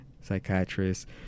psychiatrist